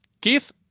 Keith